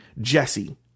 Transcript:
Jesse